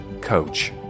coach